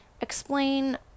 explain